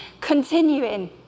continuing